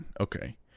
okay